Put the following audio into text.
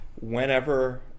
Whenever